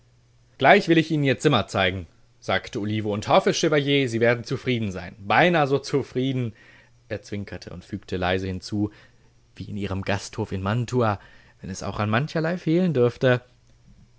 gleich will ich ihnen ihr zimmer zeigen sagte olivo und hoffe chevalier sie werden zufrieden sein beinahe so zufrieden er zwinkerte und fügte leise hinzu wie in ihrem gasthof in mantua wenn es auch an mancherlei fehlen dürfte